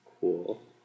cool